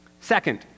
Second